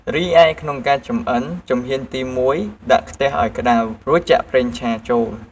រីឯក្នុងការចំអិន ជំហានទីមួយ ដាក់ខ្ទះឱ្យក្តៅ រួចចាក់ប្រេងឆាចូល។